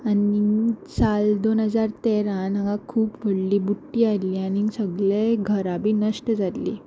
आनी साल दोन हजार तेरान हांगा खूब व्हडली बुट्टी आयली आनी सगळे घरा बी नश्ट जाल्ली